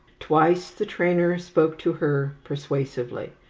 twice the trainer spoke to her persuasively,